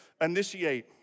initiate